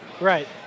Right